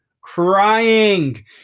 crying